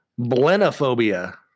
blenophobia